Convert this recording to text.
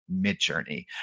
Midjourney